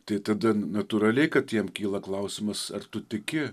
tai tada natūraliai kad jiem kyla klausimas ar tu tiki